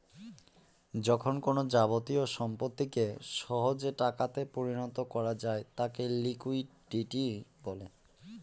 যখন কোনো যাবতীয় সম্পত্তিকে সহজে টাকাতে পরিণত করা যায় তাকে লিকুইডিটি বলে